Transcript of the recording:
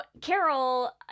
Carol